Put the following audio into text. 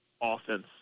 offense